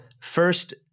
first